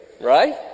right